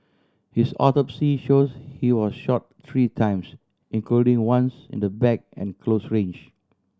his autopsy shows he was shot three times including once in the back at close range